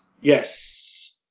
Yes